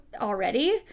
already